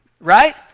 right